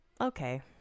Okay